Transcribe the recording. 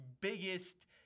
biggest